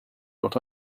what